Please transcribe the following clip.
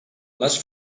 les